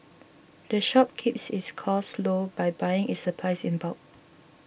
the shop keeps its costs low by buying its supplies in bulk